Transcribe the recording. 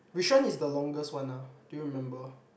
which one is the longest one ah do you remember